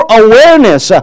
awareness